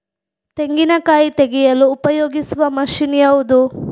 ತೆಂಗಿನಕಾಯಿ ತೆಗೆಯಲು ಉಪಯೋಗಿಸುವ ಮಷೀನ್ ಯಾವುದು?